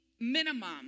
minimum